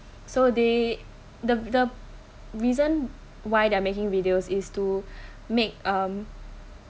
so they the the reason why they making videos is to make um